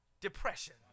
depression